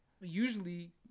usually